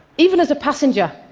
even as a passenger.